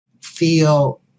feel